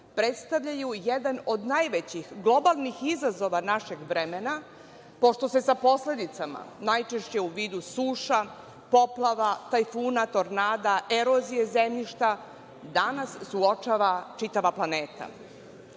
predstavljaju jedan od najvećih globalnih izazova našeg vremena, pošto se sa posledicama, najčešće u vidu suša, poplava, tajfuna, tornada, erozije zemljišta, danas suočava čitava planeta.